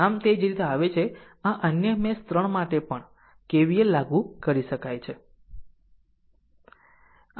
આમ તે જો રીતે આ અન્ય મેશ 3 માટે પણ KVL લાગુ કરી શકાય છે